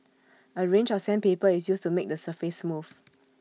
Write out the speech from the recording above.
A range of sandpaper is used to make the surface smooth